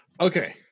Okay